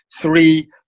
three